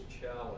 challenge